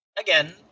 again